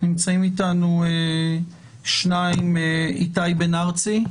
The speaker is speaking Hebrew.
נמצאים איתנו איתי בן ארצי,